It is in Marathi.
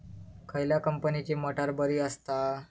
खयल्या कंपनीची मोटार बरी असता?